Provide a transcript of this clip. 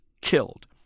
killed